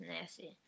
nasty